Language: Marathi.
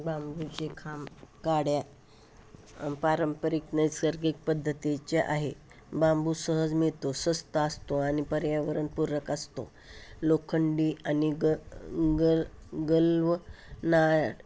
बांबूचे खांब काड्या पारंपरिक नैसर्गिक पद्धतीचे आहे बांबू सहज मिळतो स्वस्त असतो आणि पर्यावरणपूरक असतो लोखंडी आणि ग ग गल्व ना